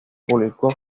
publicó